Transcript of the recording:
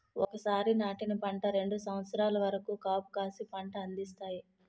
ఒకసారి నాటిన పంట రెండు సంవత్సరాల వరకు కాపుకాసి పంట అందిస్తాయి